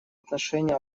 отношении